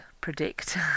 predict